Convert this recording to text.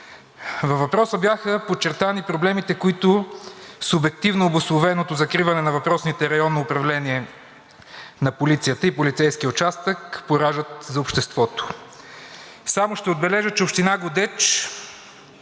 Във въпроса бяха подчертани проблемите, които субективно обусловеното закриване на въпросните районни управления на полицията и полицейският участък пораждат за обществото. Само ще отбележа, че община Годеч